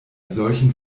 solchen